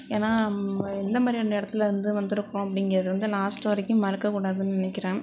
ஏன்னா நம்ம எந்த மாதிரியான இடத்தில் இருந்து வந்திருக்கோம் அப்படிங்கிறது வந்து லாஸ்ட் வரைக்கும் மறக்க கூடாதுனு நினக்கிறேன்